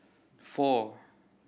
four